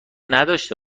نداشته